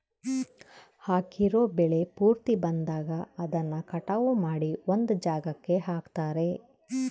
ಹಾಕಿರೋ ಬೆಳೆ ಪೂರ್ತಿ ಬಂದಾಗ ಅದನ್ನ ಕಟಾವು ಮಾಡಿ ಒಂದ್ ಜಾಗಕ್ಕೆ ಹಾಕ್ತಾರೆ